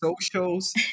socials